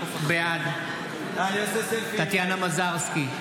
בעד טטיאנה מזרסקי,